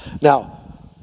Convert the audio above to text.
Now